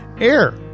air